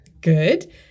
Good